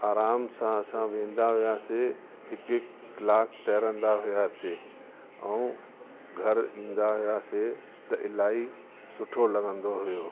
आराम सां असां वेंदा हुआसीं कंहिं कलाक तरंदा हुआसीं ऐं घर ईंदा हुआसीं त इलाही सुठो लॻंदो हुओ